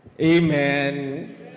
Amen